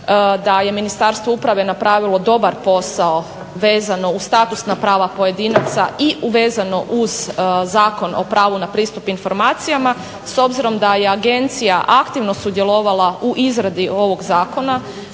da je Ministarstvo uprave napravilo dobar posao vezano uz statusna prava pojedinaca i vezano uz Zakon o pravu na pristup informacijama s obzirom da je agencija aktivno sudjelovala u izradi ovog zakona